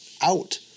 out